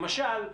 למשל,